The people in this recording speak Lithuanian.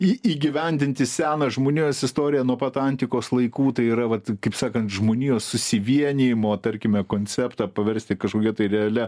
į įgyvendinti seną žmonijos istoriją nuo pat antikos laikų tai yra vat kaip sakant žmonijos susivienijimo tarkime konceptą paversti kažkokia realia